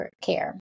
care